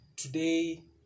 Today